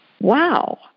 Wow